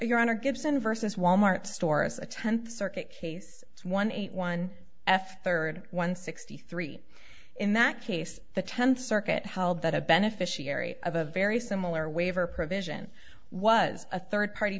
you're on a gibson versus wal mart stores a tenth circuit case one eight one f third one sixty three in that case the tenth circuit held that a beneficiary of a very similar waiver provision was a third party